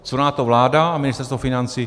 Co na to vláda a Ministerstvo financí?